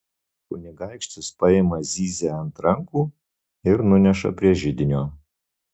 kunigaikštis paima zyzią ant rankų ir nuneša prie židinio